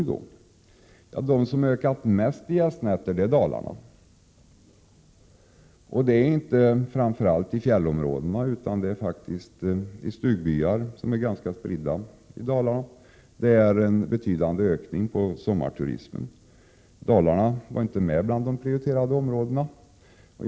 Den del av landet som ökat mest, räknat i antal gästnätter, är Dalarna — inte framför allt i fjällområdena, utan faktiskt i stugbyar som är ganska spridda i Dalarna. Det innebär en betydande ökning för sommarturismen. Dalarna var inte med bland de prioriterade områdena.